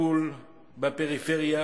הטיפול בפריפריה,